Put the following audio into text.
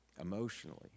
emotionally